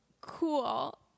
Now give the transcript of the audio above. cool